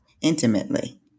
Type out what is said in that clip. intimately